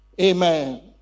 Amen